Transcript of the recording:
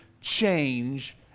change